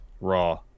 Raw